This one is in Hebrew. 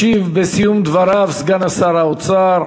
ישיב בסיום דבריו סגן שר האוצר,